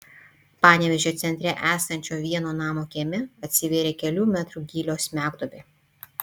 panevėžio centre esančio vieno namo kieme atsivėrė kelių metrų gylio smegduobė